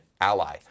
ally